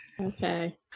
Okay